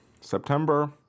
September